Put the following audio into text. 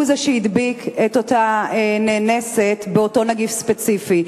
שהדביק את אותה נאנסת באותו נגיף ספציפי.